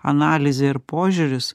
analizė ir požiūris